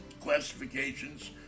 classifications